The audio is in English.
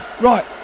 right